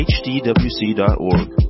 hdwc.org